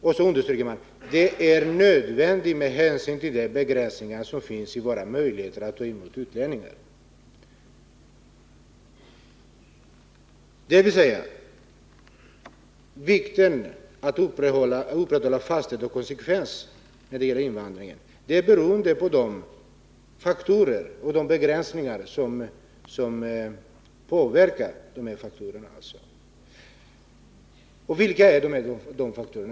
Sedan understryker utskottet: ”Detta är nödvändigt med hänsyn till de begränsningar som finns i våra möjligheter att ta emot utlänningar.” Dvs. vikten av att upprätthålla fasthet och konsekvens när det gäller invandringen är beroende av de faktorer som påverkar dessa begränsningar. Vilka är dessa faktorer?